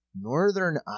Northern